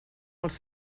els